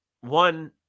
one